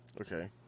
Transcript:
Okay